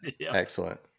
excellent